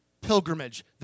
pilgrimage